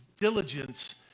diligence